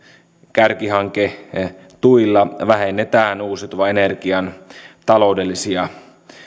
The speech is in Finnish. kärkihanketuilla vähennetään uusiutuvan energian taloudellisia